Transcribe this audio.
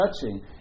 touching